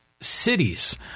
cities